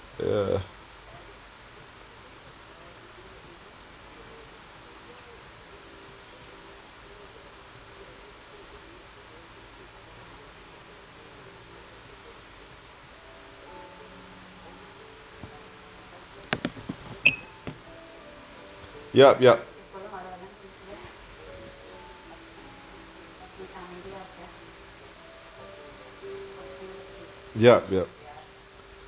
ya yup yup yup yup